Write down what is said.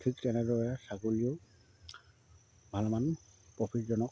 ঠিক তেনেদৰে ছাগলীও ভালেমান প্ৰফিটজনক